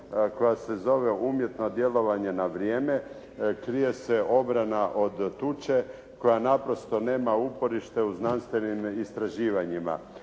koja se zove umjetno djelovanje na vrijeme krije se obrana od tuče koja naprosto nema uporište u znanstvenim istraživanjima.